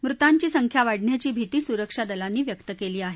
मृतांची संख्या वाढण्याची भीती सुरक्षादलांनी व्यक्त केली आहे